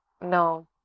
No